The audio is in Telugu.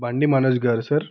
బండి మనోజ్ గారు సార్